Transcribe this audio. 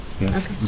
Yes